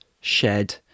shed